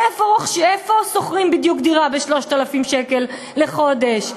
איפה בדיוק שוכרים דירה ב-3,000 שקל לחודש?